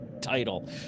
title